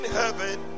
heaven